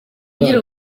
ngira